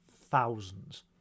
thousands